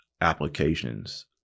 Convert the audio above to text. applications